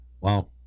Wow